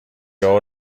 all